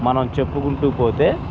మనం చెప్పుకుంటూ పోతే